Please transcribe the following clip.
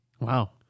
wow